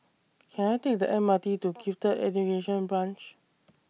Can I Take The M R T to Gifted Education Branch